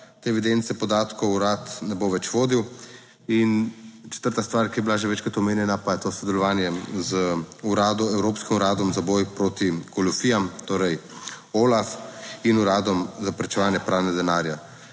evidence podatkov urad ne bo več vodil. In četrta stvar, ki je bila že večkrat omenjena, pa je to sodelovanje z evropskim uradom za boj proti goljufijam, torej OLAF in Uradom za preprečevanje pranja denarja.